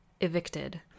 evicted